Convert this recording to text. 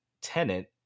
tenant